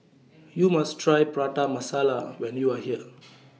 YOU must Try Prata Masala when YOU Are here